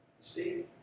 see